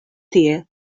tie